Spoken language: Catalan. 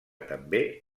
també